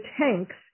tanks